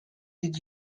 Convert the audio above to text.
did